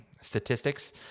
statistics